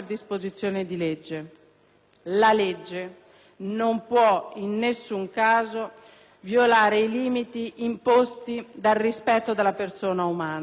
La legge non può in nessuno caso violare i limiti imposti dal rispetto della persona umana».